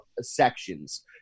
sections